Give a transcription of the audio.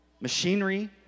machinery